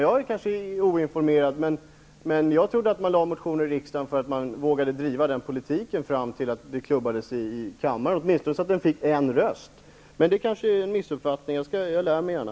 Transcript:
Jag kanske är oinformerad, men jag trodde att man väckte em motion i riksdagen därför att man vågade driva den politiken fram till dess att motionen klubbades i kammaren, så att den åtminstone fick en röst. Det kanske är en missuppfattning, men jag lär mig gärna.